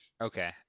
Okay